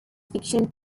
fiction